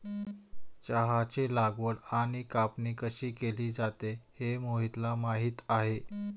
चहाची लागवड आणि कापणी कशी केली जाते हे मोहितला माहित आहे